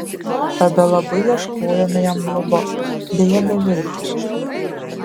tada labai ieškojome jam globos deja beviltiškai